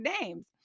names